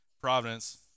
Providence